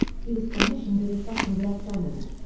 he was commissioned as a second lieutenant.